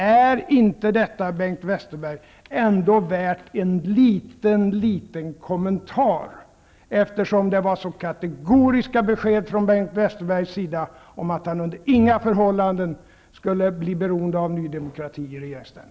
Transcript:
Är inte detta, Bengt Westerberg, ändå värt en liten kommentar, eftersom beskeden från Bengt Westerberg var så kategoriska om att han i regeringsställning under inga förhållanden skulle bli beroende av Ny demokrati?